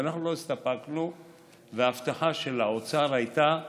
אבל אנחנו לא הסתפקנו וההבטחה של האוצר הייתה: